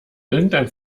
irgendein